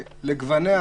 לגווניה